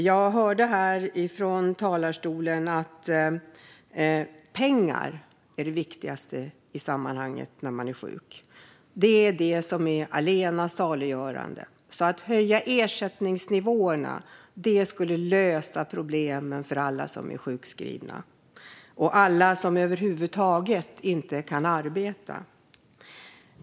Jag hörde från talarstolen att pengar är det viktigaste i sammanhanget när man är sjuk och att det är allena saliggörande och att höjda ersättningsnivåer skulle lösa problemen för alla som är sjukskrivna och alla som över huvud taget inte kan arbeta.